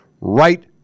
right